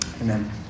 Amen